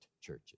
churches